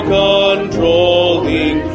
controlling